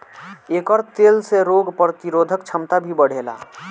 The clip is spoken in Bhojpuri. एकर तेल से रोग प्रतिरोधक क्षमता भी बढ़ेला